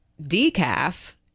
decaf